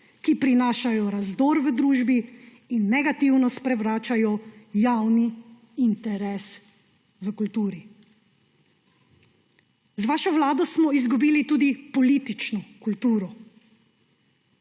ki prinašajo razdor v družbi in negativno sprevračajo javni interes v kulturi. Z vašo vlado smo izgubili tudi politično kulturo.